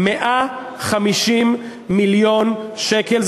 150 מיליון שקל,